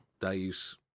days